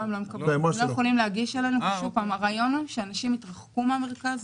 הם לא יכולים להגיש לנו כי הרעיון הוא שאנשים יתרחקו מהמרכז,